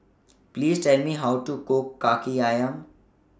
Please Tell Me How to Cook Kaki Ayam